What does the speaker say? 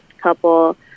couple